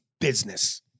business